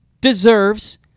deserves